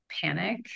panic